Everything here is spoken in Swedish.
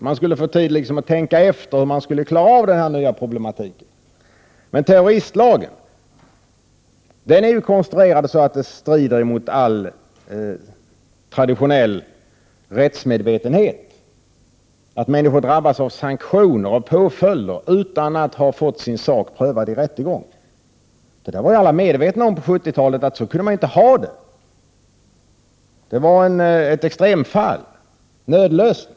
Man skulle liksom få tid att tänka efter hur man skulle klara den här nya problematiken. Men terroristlagen är konstruerad så, att den strider mot all traditionell rättsmedvetenhet: människor drabbas av sanktioner och påföljder utan att de har fått sin sak prövad i rätten. Alla var medvetna, då på 70-talet, om att så kunde man inte ha det. Det var ett extremfall, en nödlösning.